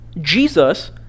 Jesus